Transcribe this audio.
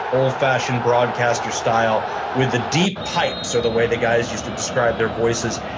old fashioned broadcaster style with the deep pipes, are the way the guys used to describe their voices.